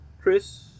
Chris